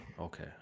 Okay